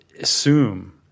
assume